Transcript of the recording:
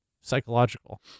psychological